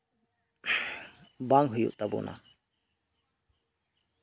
ᱵᱟᱝ ᱦᱩᱭᱩᱜ ᱛᱟᱵᱚᱱᱟ